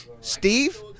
Steve